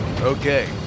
Okay